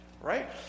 right